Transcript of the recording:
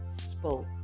spoke